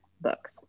books